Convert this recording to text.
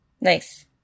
Nice